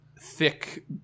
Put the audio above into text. thick